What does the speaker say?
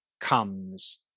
comes